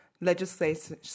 legislation